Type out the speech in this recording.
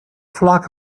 flock